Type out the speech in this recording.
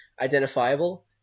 identifiable